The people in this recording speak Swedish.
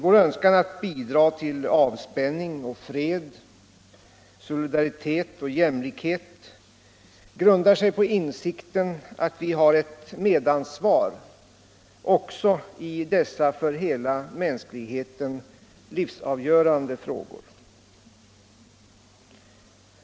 Vår önskan att bidra till avspänning och fred, solidaritet och jämlikhet grundar sig på insikten att vi har ett medansvar också i dessa för hela mänskligheten livsavgörande frågor.